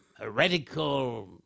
heretical